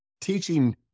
teaching